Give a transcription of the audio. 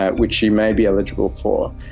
ah which she may be eligible for.